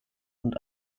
und